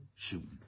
shooting